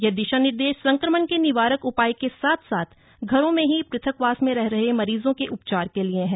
यह दिशा निर्देश संक्रमण के निवारक उपाय के साथ साथ घरों में ही पृथकवास में रह रहे मरीजों के उपचार के लिए हैं